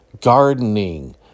gardening